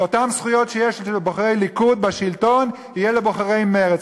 ואותן זכויות שיש לבוחרי ליכוד בשלטון יהיו לבוחרי מרצ.